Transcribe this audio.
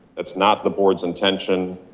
that's not the board's intention.